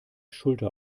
schulter